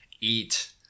eat